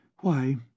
Why